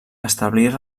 establir